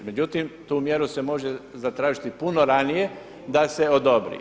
Međutim, tu mjeru se može zatražiti puno ranije da se odobri.